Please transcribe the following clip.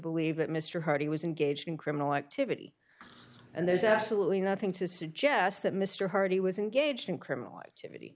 believe that mr hardy was engaged in criminal activity and there's absolutely nothing to suggest that mr hardy was engaged in criminal activity